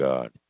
God